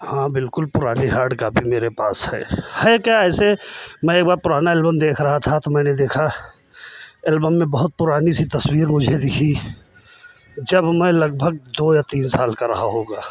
हाँ बिल्कुल पुरानी हार्ड कॉपी मेरे पास है है क्या ऐसे मैं एक बार पुराना एल्बम देख रहा था तो मैंने देखा एल्बम में बहुत पुरानी सी तस्वीर मुझे दिखी जब मैं लगभग दो या तीन साल का रहा होगा